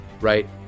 Right